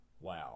Wow